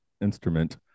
instrument